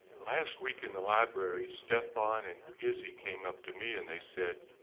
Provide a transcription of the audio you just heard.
last week in the library, stephan and izzy came up to me and they said,